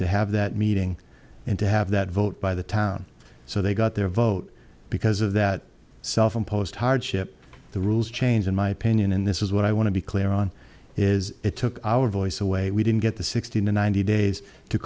to have that meeting and to have that vote by the town so they got their vote because of that self imposed hardship the rules change in my opinion in this is what i want to be clear on is it took our voice away we didn't get the sixty ninety days to